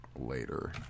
later